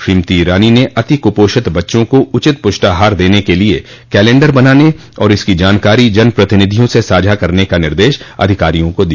श्रीमती ईरानी ने अति कुपोषित बच्चों को उचित पुष्टाहार देने के लिये कैलेन्डर बनाने और इसकी जानकारी जन प्रतिनिधियों से साझा करने का निर्देश अधिकारियों को दिया